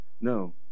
No